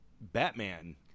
Batman